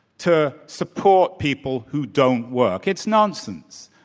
to support people who don't work. it's nonsense.